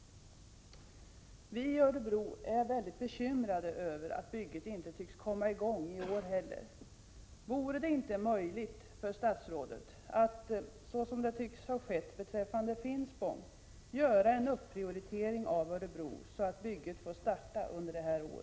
Vi i Örebro är väldigt bekymrade översatt bygget inte tycks komma i gång i år heller. Vore det inte möjligt för statsrådet att göra en omprioritering, på det sätt som tycks ha skett beträffande Finspång, så att byggandet av ett polishus i Örebro får starta under detta år?